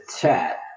chat